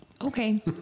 Okay